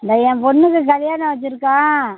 இந்த என் பொண்ணுக்கு கல்யாணம் வச்சுருக்கோம்